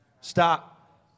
Stop